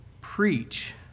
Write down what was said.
preach